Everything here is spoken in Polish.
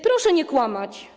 Proszę nie kłamać.